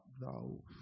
thou